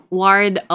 ward